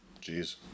Jeez